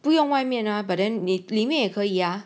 不用外面啊 but then need 里面也可以呀